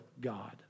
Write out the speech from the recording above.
God